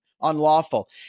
unlawful